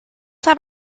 have